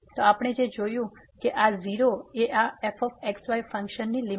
તો આપણે જે જોયું છે કે આ 0 એ આ f x y ફંક્શનની લીમીટ છે